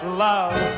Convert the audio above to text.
love